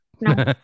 No